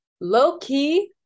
Low-key